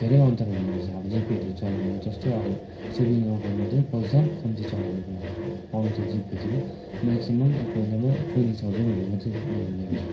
धेरै अन्तर हुँदो रहेछ अब जिपेहरू चलाउनु जस्तो अब सेभिङ अकाउन्टमा चाहिँ पैसा कम्ती चलाउनु पर्छ पाउँछ जिपेतिर मेक्सिमम् एक महिनामा ट्वेन्टी थाउजन्डहरू मात्रै उयो हुँदो रहेछ